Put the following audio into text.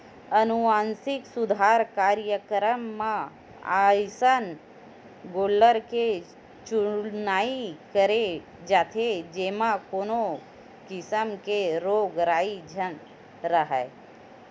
अनुवांसिक सुधार कार्यकरम म अइसन गोल्लर के चुनई करे जाथे जेमा कोनो किसम के रोग राई झन राहय